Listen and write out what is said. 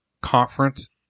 conference